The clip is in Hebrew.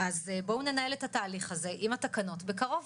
אז בואו ננהל את התהליך הזה עם התקנות בקרוב,